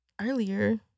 Earlier